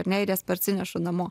ar ne ir jas parsinešu namo